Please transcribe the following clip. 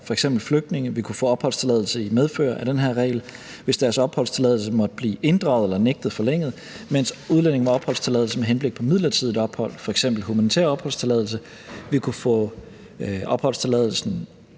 f.eks. flygtninge, vil kunne få opholdstilladelse i medfør af den her regel, hvis deres opholdstilladelse måtte blive ændret eller nægtet forlænget, mens udlændinge med opholdstilladelse med henblik på midlertidigt ophold, f.eks. humanitær opholdstilladelse, vil kunne få opholdstilladelse